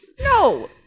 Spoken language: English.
no